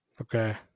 Okay